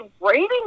rating